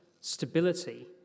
stability